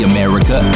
America